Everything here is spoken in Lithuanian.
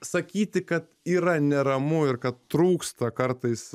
sakyti kad yra neramu ir kad trūksta kartais